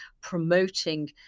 promoting